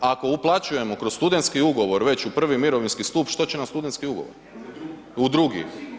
Ako uplaćujemo kroz studentski ugovor već u prvi mirovinski stup, što će nam studentski ugovor, u drugi.